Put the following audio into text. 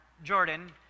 Jordan